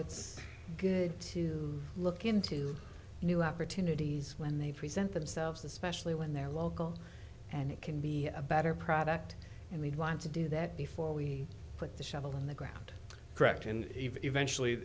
it's good to look into new opportunities when they present themselves especially when they're local and it can be a better product and we'd want to do that before we put the shovel in the ground correct and eventually